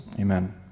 Amen